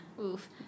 oof